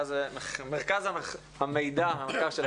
מרכז המידע והמחקר של הכנסת.